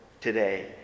today